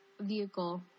vehicle